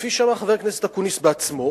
כפי שאמר חבר הכנסת אקוניס עצמו,